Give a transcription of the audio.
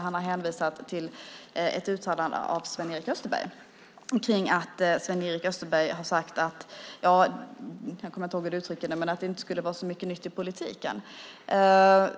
Han har hänvisat till ett uttalande av Sven-Erik Österberg. Jag kommer inte ihåg hur du uttrycker det, men det handlar om att det inte skulle vara så mycket nytt i politiken. Det är